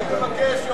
רגע, רגע.